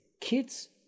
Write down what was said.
kids